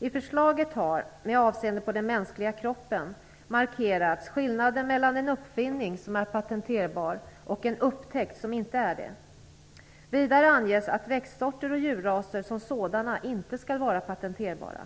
I förslaget har, med avseende på den mänskliga kroppen, markerats skillnaden mellan en uppfinning, som är patenterbar, och en upptäckt, som inte är det. Vidare anges att växtsorter och djurraser som sådana inte skall vara patenterbara.